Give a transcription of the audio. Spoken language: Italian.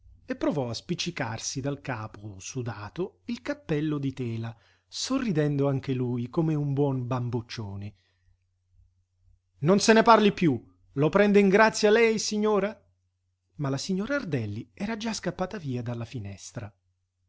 e provò a spiccicarsi dal capo sudato il cappello di tela sorridendo anche lui come un buon bamboccione non se ne parli piú lo prende in grazia lei signora ma la signora ardelli era già scappata via dalla finestra